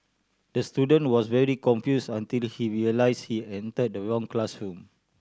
the student was very confused until he realised he entered the wrong classroom